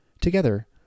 Together